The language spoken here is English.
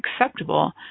acceptable